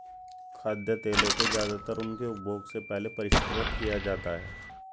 खाद्य तेलों को ज्यादातर उनके उपभोग से पहले परिष्कृत किया जाता है